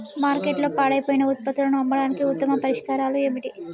మార్కెట్లో పాడైపోయిన ఉత్పత్తులను అమ్మడానికి ఉత్తమ పరిష్కారాలు ఏమిటి?